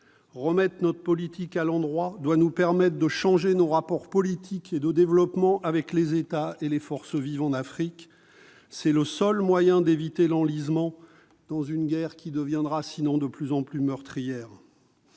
Remettre notre politique à l'endroit doit nous permettre de changer nos rapports politiques et de développement avec les États et les forces vives en Afrique. C'est le seul moyen d'éviter l'enlisement, dans une guerre qui devient chaque jour plus meurtrière.